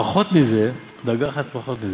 פחות מזה" דרגה אחת פחות מזה,